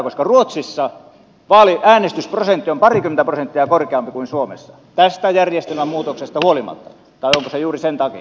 ruotsissa vaalien äänestysprosentti on parikymmentä prosenttia korkeampi kuin suomessa tästä erilaisesta järjestelmästä huolimatta tai onko se juuri sen takia